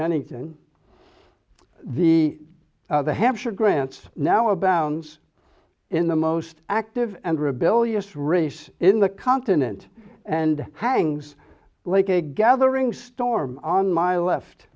bennington the the hampshire grants now abounds in the most active and rebellious race in the continent and hangs like a gathering storm on my left